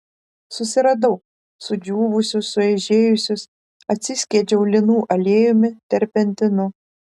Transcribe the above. susiradau sudžiūvusius sueižėjusius atsiskiedžiau linų aliejumi terpentinu